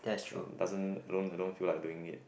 doesn't I don't I don't feel like doing it